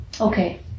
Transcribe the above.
okay